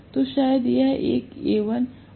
तो शायद यह एक Al और यह A है